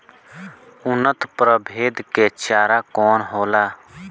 उन्नत प्रभेद के चारा कौन होला?